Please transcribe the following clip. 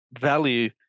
value